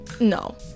no